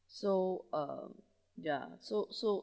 so um ya so so